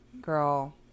girl